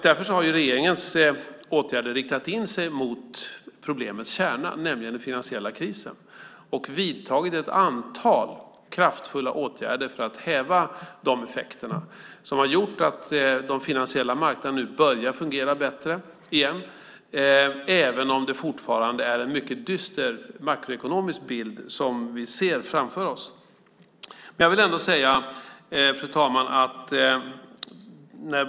Därför har regeringens åtgärder riktat in sig mot problemets kärna, nämligen den finansiella krisen, och vidtagit ett antal kraftfulla åtgärder för att häva de effekterna. Det har gjort att de finansiella marknaderna nu börjar fungera bättre igen, även om det fortfarande är en mycket dyster makroekonomisk bild som vi ser framför oss. Fru talman!